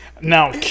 Now